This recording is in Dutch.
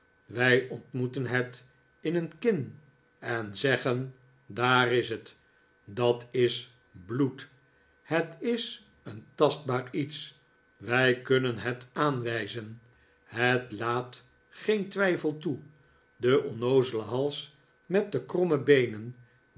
wij ontmoeten het in een kin en zeggen daar is het dat is bloed het is een tastbaar iets wij kunnen het aanwijzen het laat geen twijfel toe de onnoozele hals met de kromme beenen